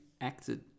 acted